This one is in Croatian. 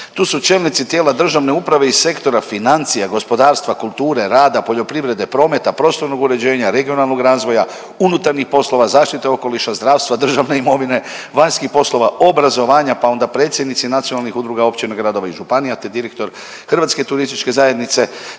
tu su čelnici tijela državne uprave iz sektora financija, gospodarstva, kulture, rada, poljoprivrede, prometa, prostornog uređenja, regionalnog razvoja, unutarnjih poslova, zaštite okoliša, zdravstva, državne imovine, vanjskih poslova, obrazovanja, pa onda predsjednici nacionalnih udruga, općina, gradova i županija te direktor HTZ-a svakako jedno